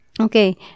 Okay